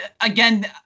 Again